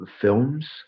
films